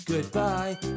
Goodbye